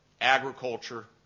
agriculture